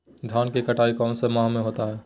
धान की कटाई कौन सा माह होता है?